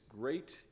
great